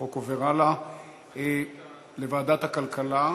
החוק עובר הלאה לוועדת הכלכלה.